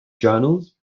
journals